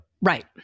right